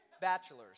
bachelors